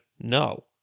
no